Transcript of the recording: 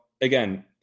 again